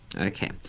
Okay